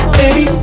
baby